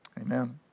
Amen